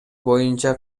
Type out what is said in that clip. боюнча